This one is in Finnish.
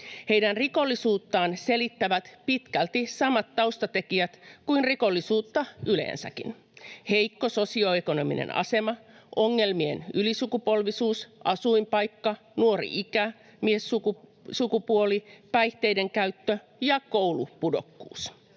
Heidän rikollisuuttaan selittävät pitkälti samat taustatekijät kuin rikollisuutta yleensäkin: heikko sosioekonominen asema, ongelmien ylisukupolvisuus, asuinpaikka, nuori ikä, miessukupuoli, päihteiden käyttö ja koulupudokkuus.